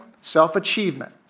Self-achievement